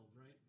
Right